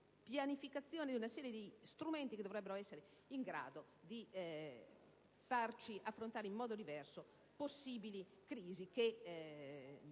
pianificazione di una serie di strumenti che dovrebbero essere in grado di farci affrontare in modo diverso possibili crisi che nessuno può